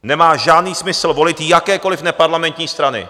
Nemá žádný smysl volit jakékoliv neparlamentní strany.